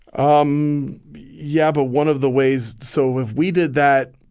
um yeah. but one of the ways so if we did that,